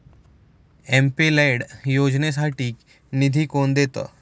MP LAD योजनेसाठी निधी कोण देतं?